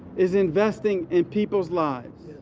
is investing in people's lives.